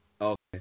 Okay